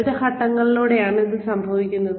വിവിധ ഘട്ടങ്ങളിലൂടെയാണ് ഇത് സംഭവിക്കുന്നത്